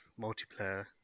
multiplayer